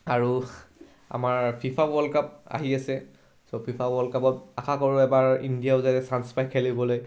আৰু আমাৰ FIFA world cup আহি আছে চ' ফিফা ৱৰ্ল্ড কাপত আশা কৰোঁ এবাৰ ইণ্ডিয়াও যাতে চাঞ্চ পায় খেলিবলৈ